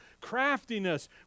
craftiness